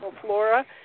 flora